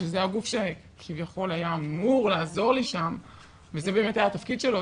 שזה הגוף שכביכול היה אמור לעזור לי שם וזה באמת היה התפקדי שלו,